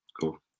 Cool